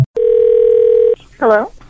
Hello